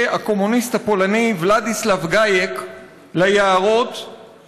הקומוניסט הפולני ולדיסלב גאייק ליערות,